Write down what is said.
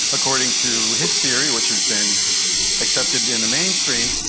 according to his theory, which has been accepted in the mainstream,